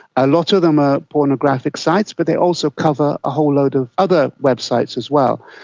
a lot of them are pornographic sites, but they also cover a whole load of other websites as well.